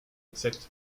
exact